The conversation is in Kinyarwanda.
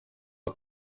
aho